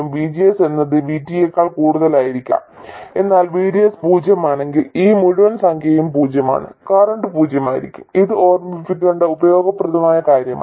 VGS എന്നത് VT യെക്കാൾ കൂടുതലായിരിക്കാം എന്നാൽ VDS പൂജ്യമാണെങ്കിൽ ഈ മുഴുവൻ സംഖ്യയും പൂജ്യമാണ് കറന്റ് പൂജ്യമായിരിക്കും അത് ഓർമ്മിക്കേണ്ട ഉപയോഗപ്രദമായ കാര്യമാണ്